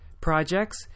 projects